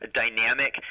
dynamic